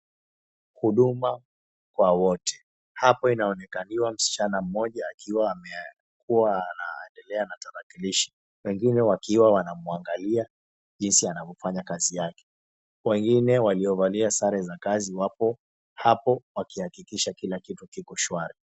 Huduma kwa wote. Hapa inaonekaniwa msichana mmoja akiwa amekuwa anaendelea na tarakilishi wengine wakiwa wanamwangalia jinsi anavyofanya kazi yake. Wengine waliovalia sare za kazi wapo hapo wakihakikisha kila kitu kiko shwari.